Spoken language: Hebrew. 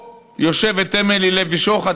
יושבת פה אמילי לוי שוחט,